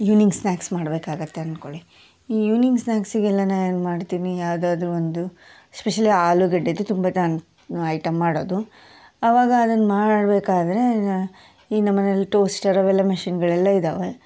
evening snacks ಮಾಡಬೇಕಾಗತ್ತೆ ಅಂದ್ಕೊಳಿ ಈ ಈವ್ನಿಂಗ್ ಸ್ನಾಕ್ಸಿಗೆಲ್ಲ ನಾನು ಏನು ಮಾಡ್ತೀನಿ ಯಾವ್ದಾದ್ರೂ ಒಂದು ಸ್ಪೆಷಲಿ ಆಲೂಗಡ್ಡೇದು ತುಂಬ ನಾನು ಐಟಮ್ ಮಾಡೋದು ಅವಾಗ ಅದನ್ನು ಮಾಡಬೇಕಾದ್ರೆ ನ ಈ ನಮ್ಮ ಮನೆಲ್ಲಿ ಟೋಸ್ಟರ್ ಅವೆಲ್ಲ ಮೆಷಿನ್ಗಳೆಲ್ಲ ಇದ್ದಾವೆ